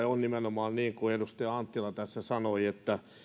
on nimenomaan niin kuin edustaja anttila tässä sanoi että